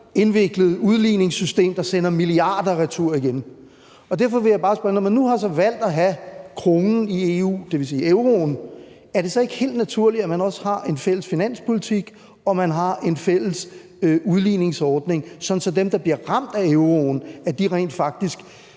indviklet udligningssystem, der sender milliarder retur igen. Derfor vil jeg bare spørge: Når man nu har valgt at have kronen i EU, dvs. euroen, er det så ikke helt naturligt, at man også har en fælles finanspolitik, og at man har en fælles udligningsordning, sådan at dem, der bliver ramt af euroen, rent faktisk,